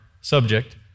subject